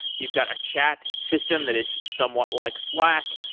you've got a chat system that is somewhat like slack,